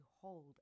hold